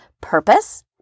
purpose